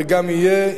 וגם יהיה,